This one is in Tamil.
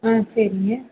ஆ சரிங்க